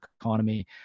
economy